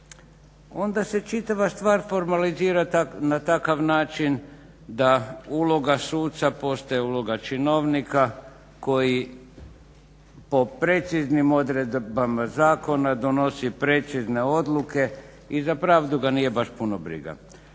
onda se čitava stvar formalizira na takav način da uloga suca postaje uloga činovnika koji po preciznim odredbama zakona donosi precizne odluke i za pravdu ga nije baš puno briga.